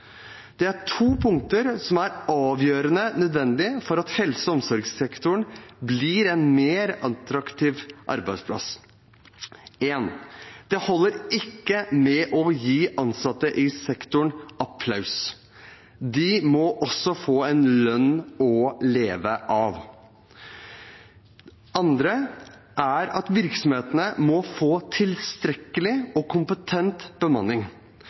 Det er to punkter som er avgjørende nødvendig for at helse- og omsorgssektoren blir en mer attraktiv arbeidsplass: Det holder ikke å gi ansatte i sektoren applaus. De må også få en lønn å leve av. Det andre er at virksomhetene må få tilstrekkelig og kompetent bemanning.